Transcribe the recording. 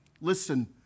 listen